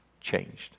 changed